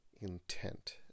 intent